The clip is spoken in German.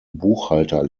buchhalter